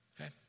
Okay